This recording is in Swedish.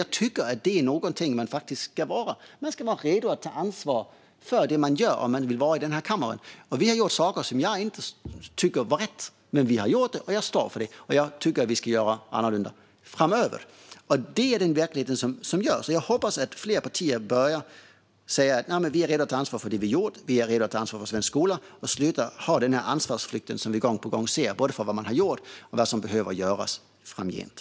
Jag tycker att man ska ta ansvar för det man gör om man vill vara i den här kammaren. Vi har gjort saker som jag inte tycker var rätt. Men vi har gjort det, och jag står för det. Men jag tycker att vi ska göra annorlunda framöver. Det är verkligheten. Jag hoppas att fler partier börjar säga: "Vi är redo att ta ansvar för det vi har gjort. Vi är redo att ta ansvar för svensk skola." Man måste sluta med den ansvarsflykt vi ser gång på gång, både när det gäller vad man har gjort och vad som behöver göras framgent.